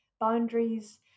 boundaries